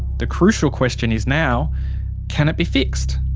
the crucial question is now can it be fixed?